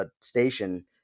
station